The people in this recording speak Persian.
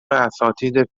اساتید